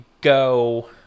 go